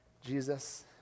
Jesus